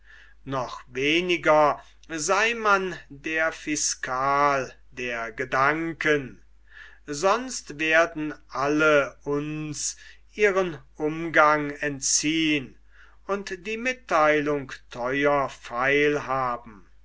noch weniger sei man der fiskal der gedanken sonst werden alle uns ihren umgang entziehn und die mittheilung theuer feil haben